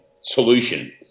solution